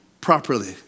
properly